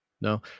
No